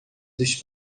dos